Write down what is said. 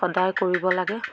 সদায় কৰিব লাগে